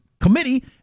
committee